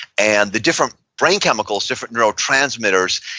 and the different brain chemicals, different neurotransmitters,